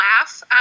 laugh